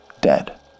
Dead